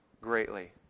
greatly